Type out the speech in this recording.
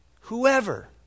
Whoever